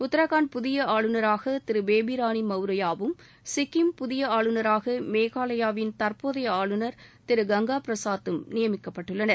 உத்தரகாண்ட் புதிய ஆளுநராக திரு பேபிராணி மவுரியாவும் சிக்கிம் புதிய ஆளுநராக மேகாலயாவின தற்போயை ஆளுநர் திரு கங்கா பிரசாத்தும் நியமிக்கப்பட்டுள்ளனர்